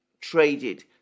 traded